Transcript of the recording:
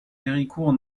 héricourt